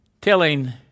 telling